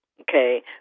Okay